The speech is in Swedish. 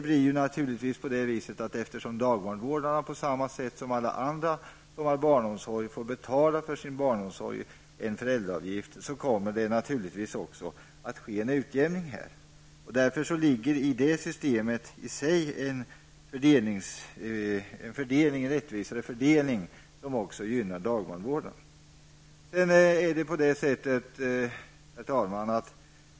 Vårdnadsersättningen innebär att dagbarnvårdare på samma sätt som alla andra som har barnomsorg får betala en föräldraavgift för sin barnomsorg. Då kommer det naturligtvis att ske en utjämning. Därför leder detta system i sig till en rättvisare fördelning som också gynnar dagbarnvårdarna. Herr talman!